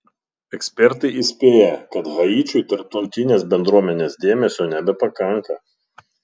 ekspertai įspėja kad haičiui tarptautinės bendruomenės dėmesio nebepakanka